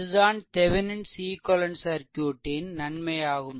இதுதான் Thevenin's equivalent சர்க்யூட்டின்Thevenin's equivalent circuit நன்மையாகும்